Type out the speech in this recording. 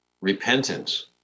repentance